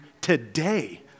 today